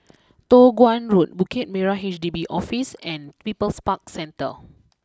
Toh Guan Road Bukit Merah H D B Office and People's Park Centre